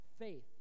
faith